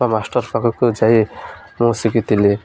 ବା ମାଷ୍ଟର୍ ପାଖକୁ ଯାଇ ମୁଁ ଶିଖିଥିଲି